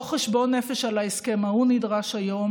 לא חשבון נפש על ההסכם ההוא נדרש היום